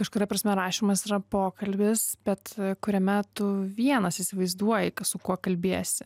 kažkuria prasme rašymas yra pokalbis bet kuriame tu vienas įsivaizduoji kas su kuo kalbiesi